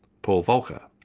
paul volker.